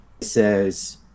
says